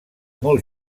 molt